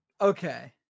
Okay